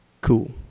cool